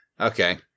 Okay